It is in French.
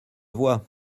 vois